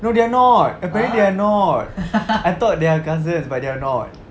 no they are not apparently they are not I thought they are cousin but they are not